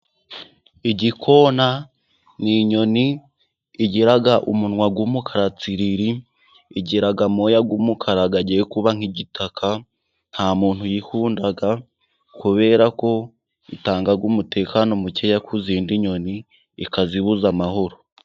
Igikona ni inyoni igira umunwa w'umukara tsiriri, igira amoya y'umukara agiye kuba nk'igitaka, nta muntu uyikunda kubera ko itanga umutekano mukeya kuzindi nyoni, ikazibuza amahoro.